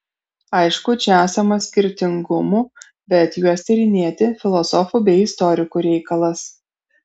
aišku čia esama skirtingumų bet juos tyrinėti filosofų bei istorikų reikalas